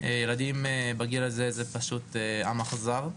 ילדים בגיל הזה הם עם אכזר,